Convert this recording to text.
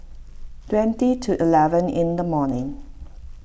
twenty to eleven in the morning